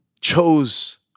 chose